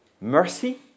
mercy